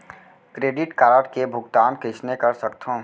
Credit card के भुगतान कइसने कर सकथो?